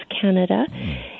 Canada